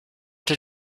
did